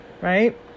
right